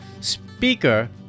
Speaker